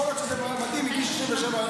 יכול להיות שזה מתאים מגיל 67,